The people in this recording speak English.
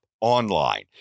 online